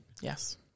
Yes